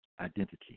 identity